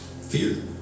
Fear